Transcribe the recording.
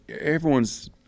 everyone's